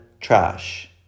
trash